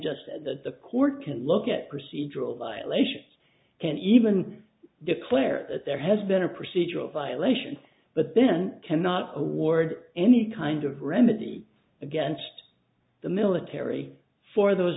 just said that the court can look at procedural violations can even declare that there has been a procedural violation but then cannot award any kind of remedy against the military for those